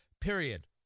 period